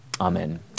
Amen